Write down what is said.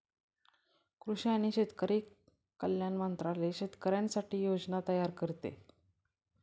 कृषी आणि शेतकरी कल्याण मंत्रालय शेतकऱ्यांसाठी योजना तयार करते